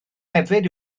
hefyd